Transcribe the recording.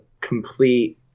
complete